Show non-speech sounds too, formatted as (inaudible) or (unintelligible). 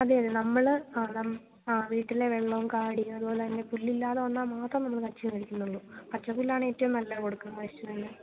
അതെ അതെ ആ നമ്മള് ആ വീട്ടിലെ വെള്ളവും കാടി അതുപോലെതന്നെ പുല്ലില്ലാതെ വന്നാൽ മാത്രം നമ്മള് (unintelligible) മേടിക്കുകയുള്ളൂ പച്ചപ്പുല്ലാണ് ഏറ്റവും നല്ലത് കൊടുക്കുന്നതിന് പശുവിന്